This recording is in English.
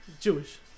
Jewish